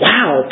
Wow